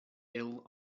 ill